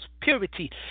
purity